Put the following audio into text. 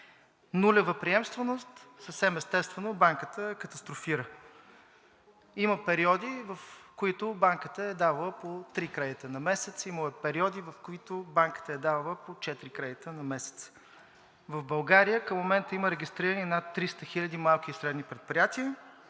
Нулева приемственост и съвсем естествено банката катастрофира. Има периоди, в които Банката е давала по три кредита на месец, имало е периоди, в които Банката е давала по четири кредита на месец. В България към момента има регистрирани над 300 хиляди малки и средни предприятия,